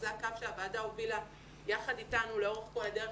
זה הקו שהוועדה הובילה יחד איתנו לאורך כל הדרך,